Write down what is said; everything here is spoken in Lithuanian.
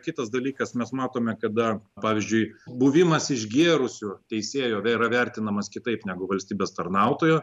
kitas dalykas mes matome kada pavyzdžiui buvimas išgėrusio teisėjo yra vertinamas kitaip negu valstybės tarnautojo